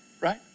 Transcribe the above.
Right